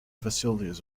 facilities